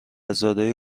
زاده